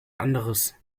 anderes